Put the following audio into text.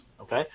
okay